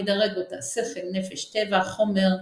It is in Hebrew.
ומדרג אותה שכל, נפש, טבע, חומר,